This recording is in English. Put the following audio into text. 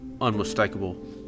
unmistakable